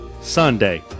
Sunday